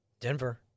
denver